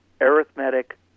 arithmetic